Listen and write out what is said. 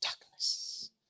darkness